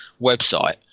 website